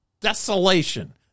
desolation